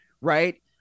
right